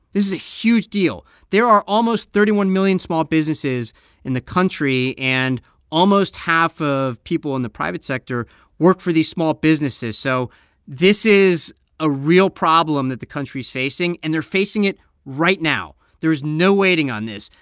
this is a huge deal. there are almost thirty one million small businesses in the country. and almost half of people in the private sector work for these small businesses, so this is a real problem that the country is facing. and they're facing it right now. there is no waiting on this.